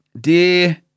Dear